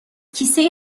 کیسه